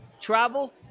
travel